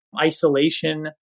isolation